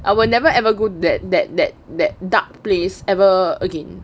I will never ever go that that that that dark place ever again